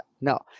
no